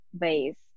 base